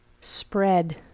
spread